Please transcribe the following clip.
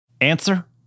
Answer